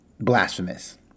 blasphemous